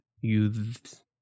youth